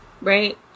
right